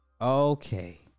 Okay